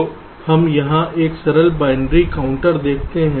तो हम यहाँ एक सरल बाइनरी काउंटर देखते हैं